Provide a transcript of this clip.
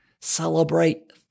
celebrate